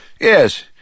Yes